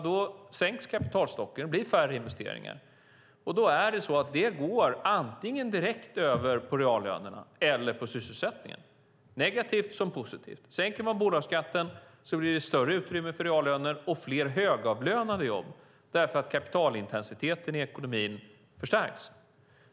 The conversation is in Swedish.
Då sänks kapitalstocken och det blir färre investeringar. Då slår det antingen direkt på reallönerna eller på sysselsättningen, negativt som positivt. Sänker man bolagsskatten blir det ett större utrymme för reallöner och fler högavlönade jobb därför att kapitalintensiteten i ekonomin förstärks.